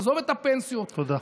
עזוב את הפנסיות, תודה.